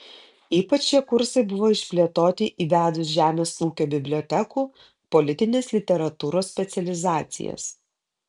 ypač šie kursai buvo išplėtoti įvedus žemės ūkio bibliotekų politinės literatūros specializacijas